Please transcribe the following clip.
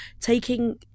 Taking